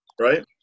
right